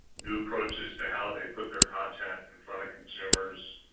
new approaches to how they put their content in front of consumers,